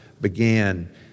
began